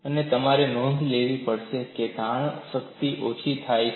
અને તમારે નોંધ લેવી પડશે કે તાણની શક્તિ ઓછી થાય છે